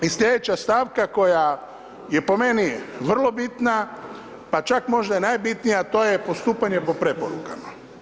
I slijedeća stavka koja je po meni vrlo bitna, pa čak možda i najbitnija, a to je postupanje po preporukama.